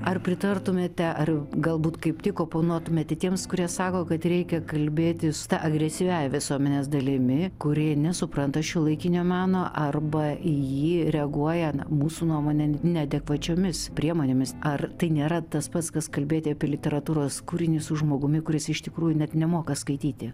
ar pritartumėte ar galbūt kaip tik oponuotumėte tiems kurie sako kad reikia kalbėtis su ta agresyviąja visuomenės dalimi kuri nesupranta šiuolaikinio meno arba į jį reaguoja na mūsų nuomone neadekvačiomis priemonėmis ar tai nėra tas pats kas kalbėti apie literatūros kūrinius su žmogumi kuris iš tikrųjų net nemoka skaityti